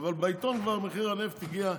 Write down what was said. אבל בעיתון כבר מחיר הנפט הגיע,